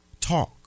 talk